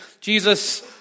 Jesus